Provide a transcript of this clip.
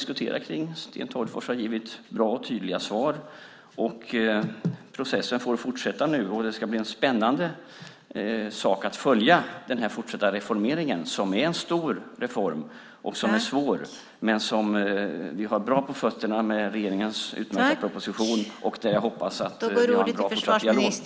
Sten Tolgfors har givit bra och tydliga svar. Processen får fortsätta. Det ska bli spännande att följa den fortsatta stora och svåra reformen. Men vi har bra på fötterna med regeringens utmärkta proposition, och jag hoppas att det blir en bra fortsatt dialog.